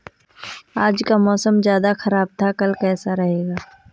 आज का मौसम ज्यादा ख़राब था कल का कैसा रहेगा?